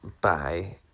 bye